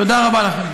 תודה רבה לכם.